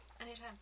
Anytime